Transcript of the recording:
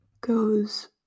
goes